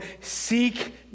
Seek